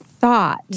thought